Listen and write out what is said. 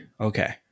Okay